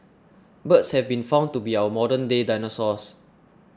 birds have been found to be our modernday dinosaurs